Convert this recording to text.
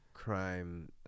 Crime